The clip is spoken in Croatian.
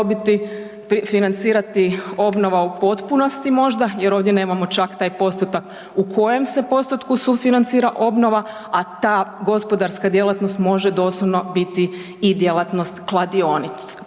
dobiti, financirati obnova u potpunosti možda jer ovdje nemamo čak taj postotak u kojem se postotku sufinancira obnova a ta gospodarska djelatnost može doslovno biti i djelatnost kladionica